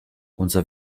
unser